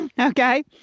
Okay